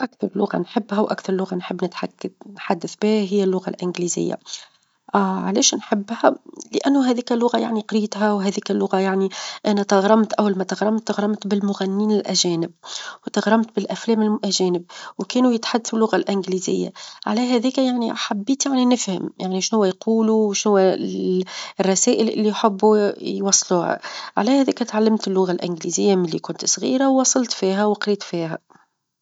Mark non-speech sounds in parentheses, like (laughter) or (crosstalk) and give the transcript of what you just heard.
أكثر لغة نحبها، وأكثر لغة نحب -نتحد- نتحدث بها هي اللغة الإنجليزية، (hesitation) علاش نحبها لأنو هاذيك اللغة يعني قريتها، وهاذيك اللغة يعني أنا تغرمت، أول ما تغرمت تغرمت بالمغنيين الأجانب، وتغرمت بالأفلام الأجانب، وكانو يتحدثو اللغة الإنجليزية، على هاذيك يعني حبيت يعني نفهم يعني شنوا يقولوا، وشنوا (hesitation) الرسائل اللي يحبوا يوصلوها، على هاذيك تعلمت اللغة الإنجليزية من لي كنت صغيرة ،وواصلت فيها، وقريت فيها.